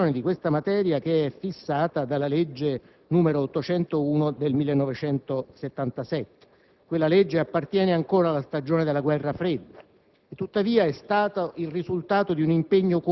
Noi abbiamo oggi una regolamentazione di questa materia che è fissata dalla legge n. 801 del 1977: quella legge appartiene ancora alla stagione della Guerra fredda.